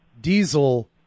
diesel